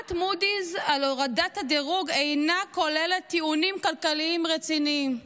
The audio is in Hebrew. הודעת מודי'ס על הורדת האשראי "אינה כוללת טיעונים כלכליים רציניים"